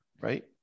right